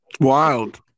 Wild